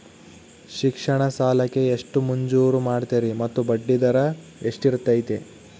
ಶಿಕ್ಷಣ ಸಾಲಕ್ಕೆ ಎಷ್ಟು ಮಂಜೂರು ಮಾಡ್ತೇರಿ ಮತ್ತು ಬಡ್ಡಿದರ ಎಷ್ಟಿರ್ತೈತೆ?